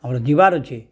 ଆମର ଯିବାର ଅଛି